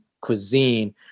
cuisine